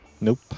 Nope